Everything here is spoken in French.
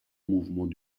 mouvement